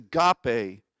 agape